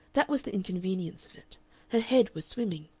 that was the inconvenience of it her head was swimming.